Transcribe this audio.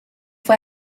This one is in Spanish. fue